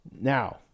Now